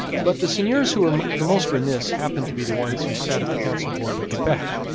but the seigneurs who were the most remiss happened to be the ones who sat at the council board in quebec,